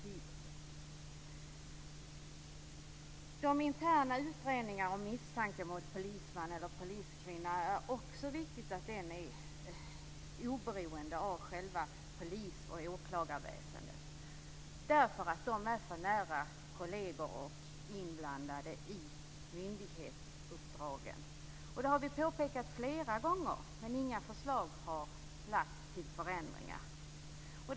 Det är också viktigt att interna utredningar av misstanke mot polisman eller poliskvinna är oberoende av själva polis och åklagarväsendet. De är för nära kolleger, och de är inblandade i myndighetsuppdragen. Det har vi påpekat flera gånger, men inga förslag till förändringar har lagts fram.